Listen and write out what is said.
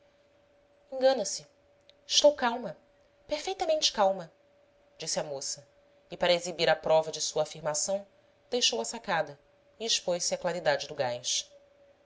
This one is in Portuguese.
engana-se estou calma perfeitamente calma disse a moça e para exibir a prova de sua afirmação deixou a sacada e expôs se à claridade do gás